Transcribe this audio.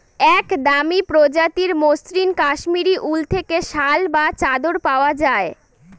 এক দামি প্রজাতির মসৃন কাশ্মীরি উল থেকে শাল বা চাদর পাওয়া যায়